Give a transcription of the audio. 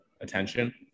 attention